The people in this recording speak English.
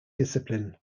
discipline